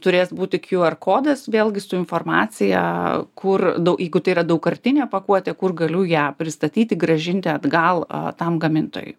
turės būti qr kodas vėlgi su informacija kur daug jeigu tai yra daugkartinė pakuotė kur galiu ją pristatyti grąžinti atgal tam gamintojui